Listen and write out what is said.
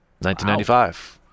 1995